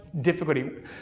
difficulty